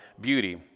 beauty